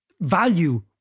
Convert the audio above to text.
value